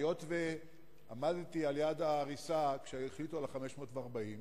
היות שעמדתי על-יד העריסה כשהחליטו על ה-540.